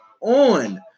on